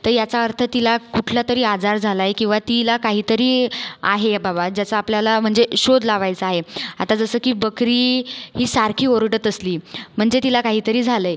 तर याचा अर्थ तिला कुठला तरी आजार झालाय किंवा तिला काहीतरी आहे बाबा ज्याचा आपल्याला म्हणजे शोध लावायचा आहे आता जसं की बकरी ही सारखी ओरडत असली म्हणजे तिला काही तरी झालंय